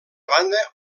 banda